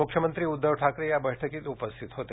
मुख्यमंत्री उद्धव ठाकरे या बैठकीला उपस्थित होते